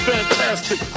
Fantastic